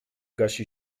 gasi